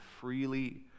freely